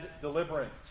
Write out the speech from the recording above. deliverance